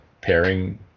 pairing